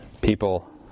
people